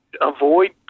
avoid